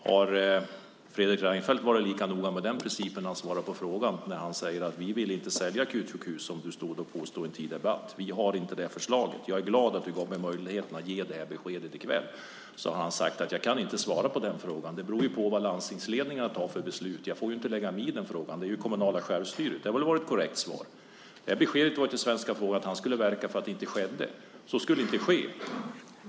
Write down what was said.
Har Fredrik Reinfeldt varit lika noga med den principen när han svarat på frågan och sagt: "Vi vill inte sälja akutsjukhus"? Du påstod det i en tidigare debatt. Vi har inte det förslaget, och jag är glad att du gav mig möjligheten att ge det här beskedet i kväll, sade han. Hade han sagt att han inte kan svara på den frågan, att det beror på vad landstingsledningar tar för beslut och att han inte ska lägga sig i den frågan eftersom det handlar om det kommunala självstyret, så hade det varit ett korrekt svar. Det besked han gav svenska folket var att han skulle verka för att det inte skulle ske.